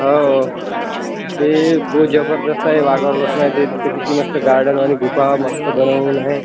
हो हो ती खूप जबरदस्त आहे वाघावर बसून आहे ते तिथं किती मस्त गार्डनवाणी गुफा मस्त बनवून आहे